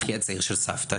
האח הצעיר של סבתא,